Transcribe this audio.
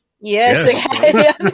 Yes